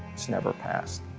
it's never passed.